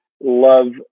love